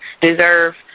deserve